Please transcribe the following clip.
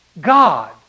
God